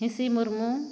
Hinsi Murmu